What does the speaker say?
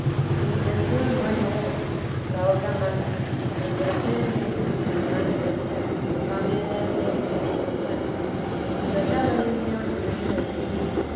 mi intención buena era la obra mala pues por hacer bien por grande que sea no había de hacer un pequeño mal tratábale muy ordinario de dios